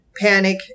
panic